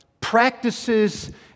practices